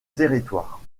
territoire